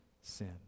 sin